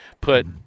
put